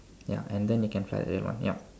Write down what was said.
ya and then you can fly the real one ya